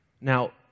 Now